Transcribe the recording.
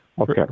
Okay